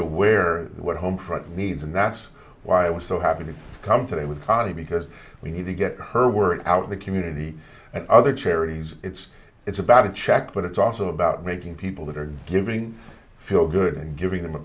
aware what homefront needs and that's why i was so happy to come today with ali because we need to get her word out the community and other charities it's it's about a check but it's also about making people that are giving feel good and giving them a